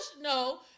no